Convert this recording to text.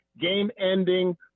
game-ending